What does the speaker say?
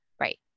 Right